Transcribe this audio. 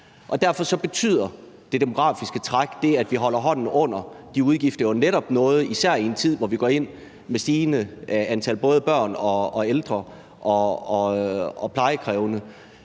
Derfor betyder det demografiske træk – det, at vi holder hånden under de udgifter – jo netop noget, især i en tid, hvor vi har et stigende antal af både børn, ældre og plejekrævende.